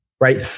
right